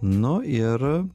nu ir